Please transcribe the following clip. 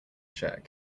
shirt